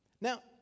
now